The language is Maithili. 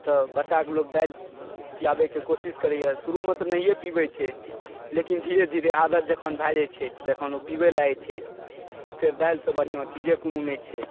तऽ बच्चाकेँ लोक दालि पिआबयके कोशिश करयए शुरुमे तऽ नहिए पीबैत छै लेकिन धीरे धीरे आदत जखन भै जाइत छै जखन ओ पिबय लागैत छै तऽ फेर दालिसँ बढ़िआ चीजे कोनो नहि छै